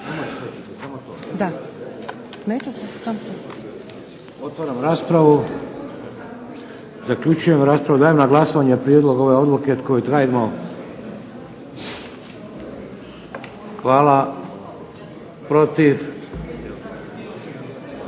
Otvaram raspravu. Zaključujem raspravu. Dajem na glasovanje prijedlog odluke. Tko je za? Protiv?